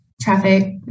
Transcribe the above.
traffic